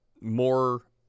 more